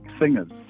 singers